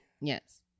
yes